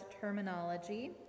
terminology